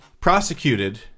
prosecuted